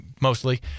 Mostly